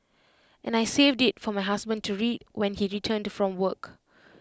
and I saved IT for my husband to read when he returned from work